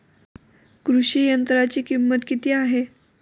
कृषी यंत्राची किंमत किती आहे?